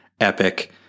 epic